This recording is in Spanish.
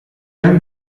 han